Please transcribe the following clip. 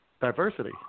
diversity